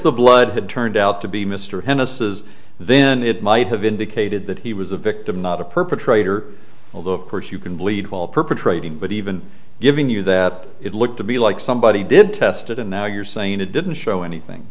the blood had turned out to be mr hemis is then it might have indicated that he was a victim not a perpetrator although of course you can bleed well perpetrating but even giving you that it looked to be like somebody did tested and now you're saying it didn't show anything